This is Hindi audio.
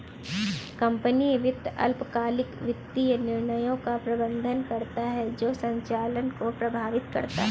कंपनी वित्त अल्पकालिक वित्तीय निर्णयों का प्रबंधन करता है जो संचालन को प्रभावित करता है